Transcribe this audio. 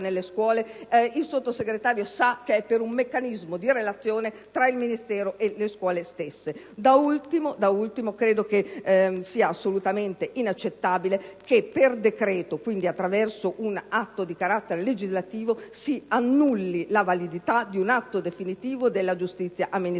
dalle scuole il Sottosegretario sa bene che è per un meccanismo di relazione tra il Ministero e le scuole stesse. Da ultimo credo sia assolutamente inaccettabile che per decreto - quindi attraverso un atto di carattere legislativo - si annulli la validità di un atto definitivo della giustizia amministrativa.